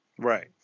Right